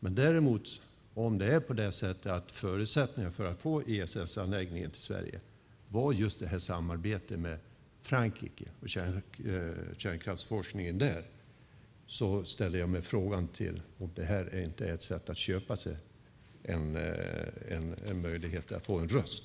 Men om däremot förutsättningen för att få ESS-anläggningen till Sverige var samarbetet med Frankrike om kärnkraftsforskningen där ställer jag mig frågande till om det inte är ett sätt att köpa sig en möjlighet att få en röst.